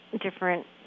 different